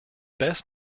best